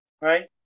Right